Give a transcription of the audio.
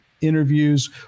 interviews